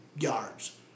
yards